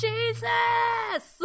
Jesus